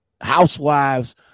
Housewives